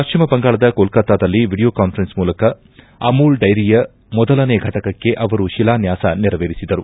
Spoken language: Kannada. ಪಶ್ಚಿಮ ಬಂಗಾಳದ ಕೊಲ್ಕತ್ತಾದಲ್ಲಿ ವಿಡಿಯೋ ಕಾನ್ವರೆನ್ಸ್ ಮೂಲಕ ಅಮೂಲ್ ಡೈರಿಯ ಮೊದಲನೇ ಘಟಕಕ್ಕೆ ಅವರು ಶಿಲಾನ್ಯಾಸ ನೆರವೇರಿಸಿದರು